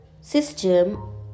system